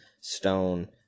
Stone